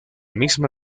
misma